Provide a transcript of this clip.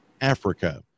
Africa